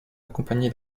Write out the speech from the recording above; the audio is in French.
accompagnés